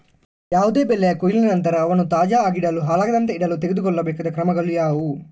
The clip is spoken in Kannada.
ಯಾವುದೇ ಬೆಳೆಯ ಕೊಯ್ಲಿನ ನಂತರ ಅವನ್ನು ತಾಜಾ ಆಗಿಡಲು, ಹಾಳಾಗದಂತೆ ಇಡಲು ತೆಗೆದುಕೊಳ್ಳಬೇಕಾದ ಕ್ರಮಗಳು ಯಾವುವು?